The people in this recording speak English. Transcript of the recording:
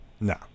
No